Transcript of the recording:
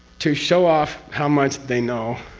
to show off how much they know.